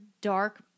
dark